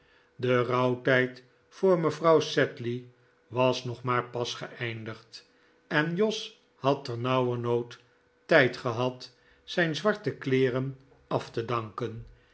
de rouwtijd voor mevrouw sedley was nog maar pas geeindigd en jos had ternauwernood tijd gehad zijn zwarte kleeren af te danken